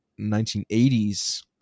1980s